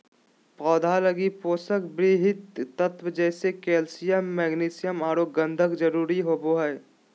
पौधा लगी पोषक वृहत तत्व जैसे कैल्सियम, मैग्नीशियम औरो गंधक जरुरी होबो हइ